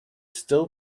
still